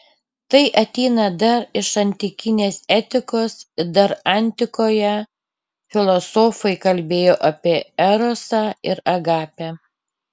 tai ateina dar iš antikinės etikos ir dar antikoje filosofai kalbėjo apie erosą ir agapę